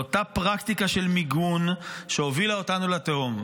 לאותה פרקטיקה של מיגון שהובילה אותנו לתהום?